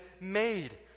made